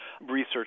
research